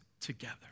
together